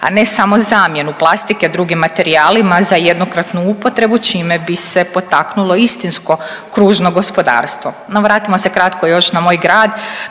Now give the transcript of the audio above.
a ne samo zamjenu plastike drugim materijalima za jednokratnu upotrebu čime bi se potaknulo istinsko kružno gospodarstvo. No, vratimo se kratko još na moj grad.